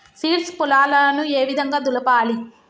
Seeds పొలాలను ఏ విధంగా దులపాలి?